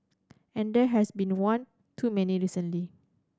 and there has been one too many recently